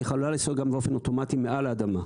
היא יכולה לנסוע גם באופן אוטומטי מעל האדמה.